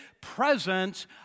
presence